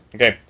Okay